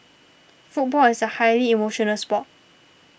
football is a highly emotional sport